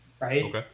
Right